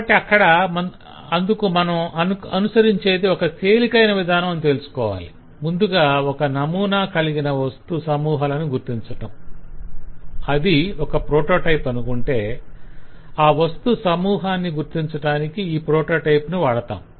అందుకు ఇక్కడ మనం అనుసరించేది ఒక తేలికైన విధానం అని తెలుసుకోవాలి ముందుగా ఒకే నమూనా కలిగిన వస్తు సమూహాలని గుర్తించటం అది ఒక ప్రొటోటైప్ అనుకుంటే ఆ వస్తు సమూహాన్ని గుర్తించటానికి ఈ ప్రొటోటైప్ ను వాడతాం